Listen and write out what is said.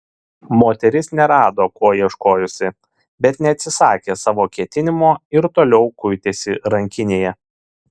moteris nerado ko ieškojusi bet neatsisakė savo ketinimo ir toliau kuitėsi rankinėje